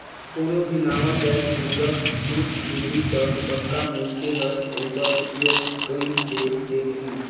कोनो भी नावा जाएत में जब छूट मिलही ता पक्का मइनसे हर ओकर उपयोग कइर के देखही